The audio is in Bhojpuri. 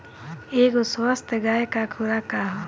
एगो स्वस्थ गाय क खुराक का ह?